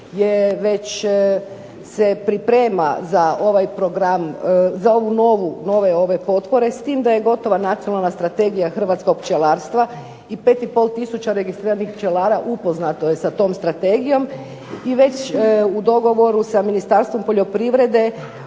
već priprema za nove ove potpore, s tim da je gotova nacionalna strategija Hrvatskog pčelarstva i 5,5 tisuća registriranih pčelara upoznato je sa tom Strategijom. I već u dogovoru sa Ministarstvom poljoprivrede